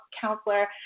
counselor